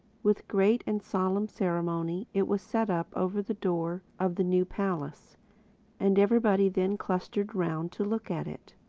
with great and solemn ceremony it was set up over the door of the new palace and everybody then clustered round to look at it.